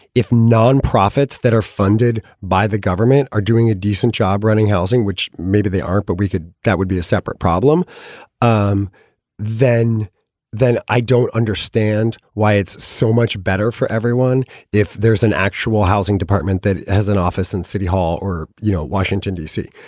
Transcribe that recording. if non-profits that are funded by the government are doing a decent job running housing, which maybe they aren't, but we could. that would be a separate problem um then then i don't understand why it's so much better for everyone if there's an actual housing department that has an office in city hall or, you know, washington, d c.